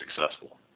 successful